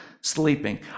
sleeping